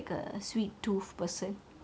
sorry